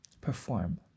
perform